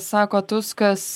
sako tuskas